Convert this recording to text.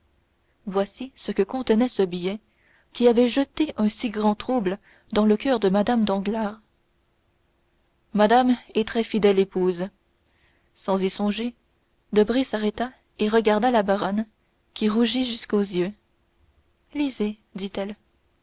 voici ce que contenait ce billet qui avait jeté un si grand trouble dans le coeur de mme danglars madame et très fidèle épouse sans y songer debray s'arrêta et regarda la baronne qui rougit jusqu'aux yeux lisez dit-elle